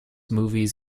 movies